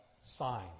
sign